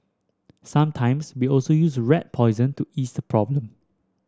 sometimes we also use rat poison to ease the problem